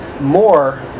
more